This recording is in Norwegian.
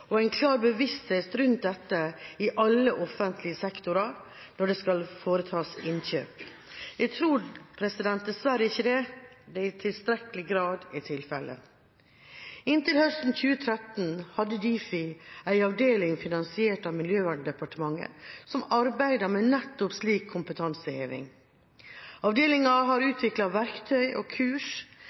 og en klar bevissthet rundt dette i alle offentlige instanser når det skal foretas innkjøp? Jeg tror dessverre ikke det i tilstrekkelig grad er tilfellet. Inntil høsten 2013 hadde Difi en avdeling, finansiert av Miljøverndepartementet, som arbeidet med nettopp slik kompetanseheving. Avdelingen har utviklet verktøy og kurs,